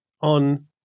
on